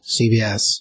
CBS